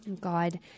God